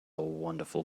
wonderful